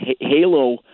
Halo